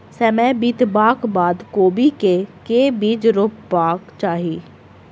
समय बितबाक बाद कोबी केँ के बीज रोपबाक चाहि?